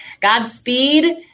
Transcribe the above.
Godspeed